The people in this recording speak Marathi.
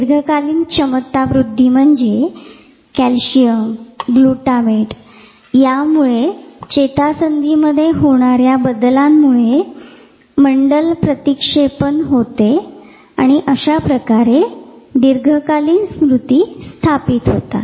दीर्घकालीन क्षमतावृद्धी म्हणजे कॅल्शियम ग्लुटामेट यामुळे चेतासंधीमध्ये होणाऱ्या बदलांमुळे मंडल प्रतीक्षेपण होते आणि अशा प्रकारे दीर्घकालीन स्मृती स्थापित होतात